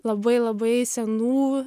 labai labai senų